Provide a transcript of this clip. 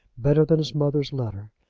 better than his mother's letter,